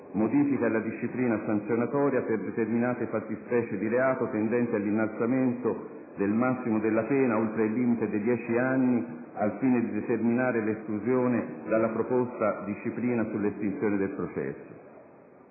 modifiche alla disciplina sanzionatoria per determinate fattispecie di reato, tendenti all'innalzamento del massimo della pena oltre il limite dei dieci anni al fine di determinare l'esclusione dalla proposta disciplina sull'estinzione del processo.